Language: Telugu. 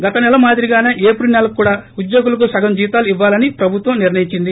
గత నెల మాదిరిగానే ఏప్రిల్ నెలకు కూడా ఉద్యోగులకు సగం జీతాలు ఇవ్సాలని ప్రభుత్వం నిర్ణయించింది